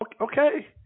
Okay